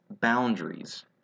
boundaries